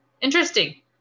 Interesting